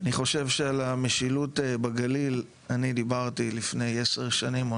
אני חושב שעל המשילות בגליל אני דיברתי לפני עשר שנים,